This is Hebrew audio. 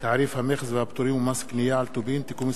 תעריף המכס והפטורים ומס קנייה על טובין (תיקון מס'